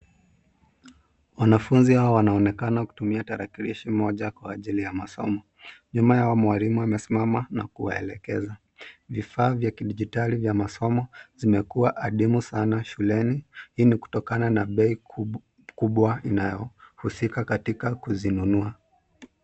Wanafunzi hawa wanaonekana kutumia tarakilishi moja kwa ajili ya masomo. Nyuma yao mwalimu amesimama na kuwaelekeza. Vifaa vya kidijitali vya masomo zimekuwa adimu sana shuleni. Hii ni kutokana na bei kubwa inayohusika katika kuzinunua.